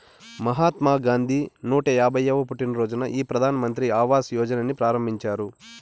మహాత్మా గాంధీ నూట యాభైయ్యవ పుట్టినరోజున ఈ ప్రధాన్ మంత్రి ఆవాస్ యోజనని ప్రారంభించారు